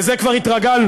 לזה כבר התרגלנו,